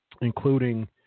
including